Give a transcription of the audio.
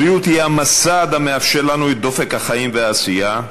הבריאות היא המסד המאפשר לנו את דופק החיים והעשייה.